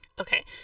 Okay